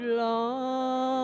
long